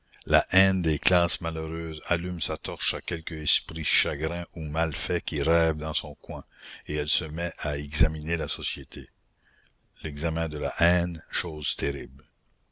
la haine des classes malheureuses allume sa torche à quelque esprit chagrin ou mal fait qui rêve dans un coin et elle se met à examiner la société l'examen de la haine chose terrible